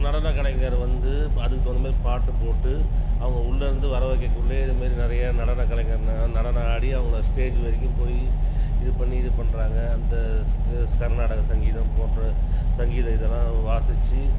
நடன கலைஞர் வந்து அதுக்கு தகுந்தமேரி பாட்டு போட்டு அவங்க உள்ளேருந்து வர வைக்ககுள்ளே இந்த மாரி நிறையா நடன கலைஞர் நடனம் ஆடி அவங்கள ஸ்டேஜி வரைக்கும் போய் இது பண்ணி இது பண்ணுறாங்க அந்த கர்நாடக சங்கீதம் போன்ற சங்கீத இதெல்லாம் வாசிச்சு